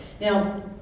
Now